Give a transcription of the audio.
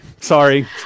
Sorry